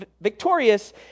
victorious